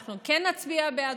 אנחנו כן נצביע בעדו,